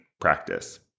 practice